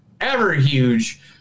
ever-huge